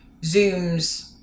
zooms